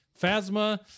Phasma